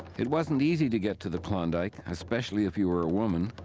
it wasn't easy to get to the klondike. especially if you were a woman.